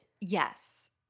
Yes